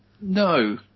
no